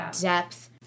depth